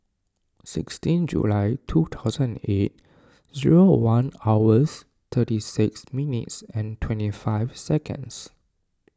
sixteen July two thousand eight one hours thirty six minutes twenty five seconds